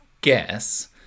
guess